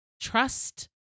trust